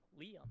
Liam